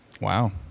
Wow